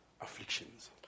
afflictions